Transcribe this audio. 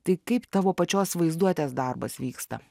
tai kaip tavo pačios vaizduotės darbas vyksta